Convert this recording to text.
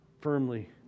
firmly